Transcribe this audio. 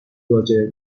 راجع